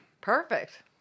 Perfect